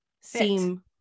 seem